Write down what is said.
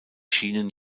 schienen